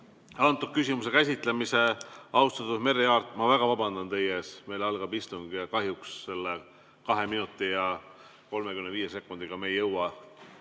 selle küsimuse käsitlemise. Austatud Merry Aart, ma väga vabandan teie ees. Meil algab istung ja kahjuks selle 2 minuti ja 35 sekundiga ei jõua